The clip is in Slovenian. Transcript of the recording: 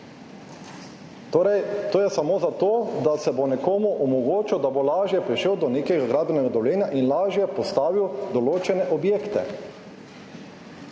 To je torej samo zato, da se bo nekomu omogočilo, da bo lažje prišel do nekega gradbenega dovoljenja in lažje postavil določene objekte.